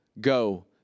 Go